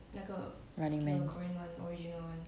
running man